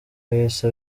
yahise